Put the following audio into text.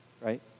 right